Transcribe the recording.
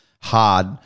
hard